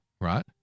right